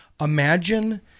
Imagine